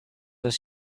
does